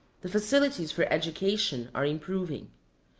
the facilities for education are improving.